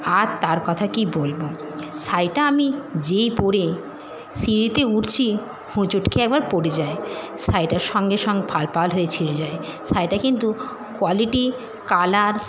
আর তার কথা কী বলবো শাড়িটা আমি যেই পরে সিঁড়িতে উঠছি হোঁচট খেয়ে একবার পরে যায় শাড়িটা সঙ্গে সঙ্গে ফাল ফাল করে ছিঁড়ে যায় শাড়িটা কিন্তু কোয়ালিটি কালার